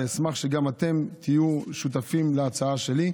ואשמח שגם אתם תהיו שותפים להצעה שלי.